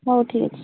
ହଉ ଠିକ୍ ଅଛି